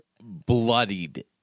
Bloodied